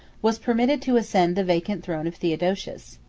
was permitted to ascend the vacant throne of theodosius.